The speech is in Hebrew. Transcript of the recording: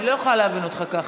בגלל שזה ככה,